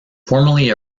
formerly